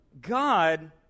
God